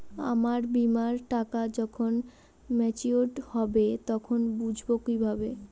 আমার বীমার টাকা যখন মেচিওড হবে তখন বুঝবো কিভাবে?